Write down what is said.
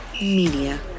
media